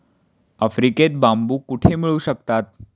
आफ्रिकेत बांबू कुठे मिळू शकतात?